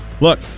look